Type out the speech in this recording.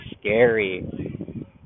scary